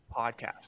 podcast